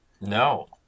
No